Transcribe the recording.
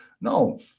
No